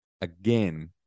again